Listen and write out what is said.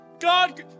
God